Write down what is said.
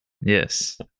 Yes